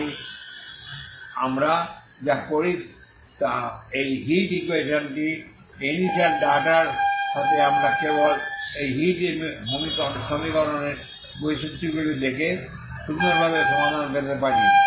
তাই আমরা যা করি তা এই হিট ইকুয়েশনটি এই ইনিশিয়াল ডাটার সাথে আমরা কেবল এই হিট সমীকরণের বৈশিষ্ট্যগুলি দেখে সুন্দরভাবে সমাধান পেতে পারি